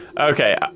Okay